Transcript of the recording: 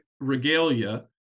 regalia